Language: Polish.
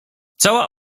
cała